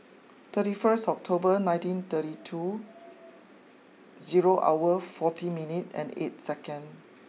thirty first October nineteen thirty two zero hour forty minute and eight second